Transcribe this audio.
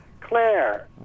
Claire